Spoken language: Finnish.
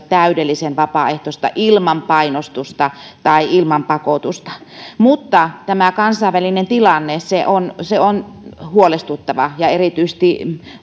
täydellisen vapaaehtoista ilman painostusta tai ilman pakotusta mutta tämä kansainvälinen tilanne on huolestuttava ja erityisesti